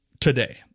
today